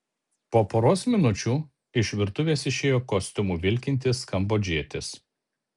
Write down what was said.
po poros minučių iš virtuvės išėjo kostiumu vilkintis kambodžietis